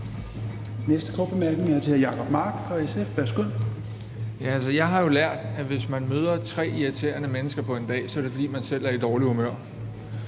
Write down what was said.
Værsgo. Kl. 16:03 Jacob Mark (SF): Jeg har jo lært, at hvis man møder tre irriterende mennesker på en dag, er det, fordi man selv er i dårligt humør.